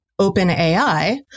OpenAI